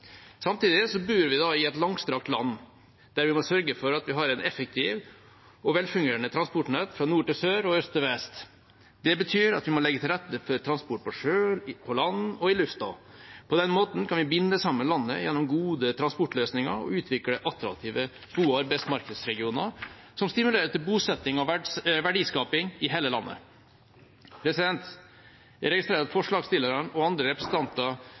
Samtidig bor vi i et langstrakt land, der vi må sørge for at vi har et effektivt og velfungerende transportnett fra nord til sør og fra øst til vest. Det betyr at vi må legge til rette for transport på sjø, på land og i lufta. På den måten kan vi binde sammen landet gjennom gode transportløsninger og utvikle attraktive og gode arbeidsmarkedsregioner som stimulerer til bosetting og verdiskaping i hele landet. Jeg registrerer at forslagsstillerne og andre representanter